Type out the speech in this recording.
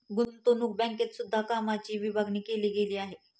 गुतंवणूक बँकेत सुद्धा कामाची विभागणी केली गेली आहे